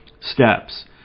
Steps